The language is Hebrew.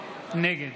נגד